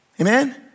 Amen